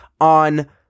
on